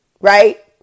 right